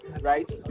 right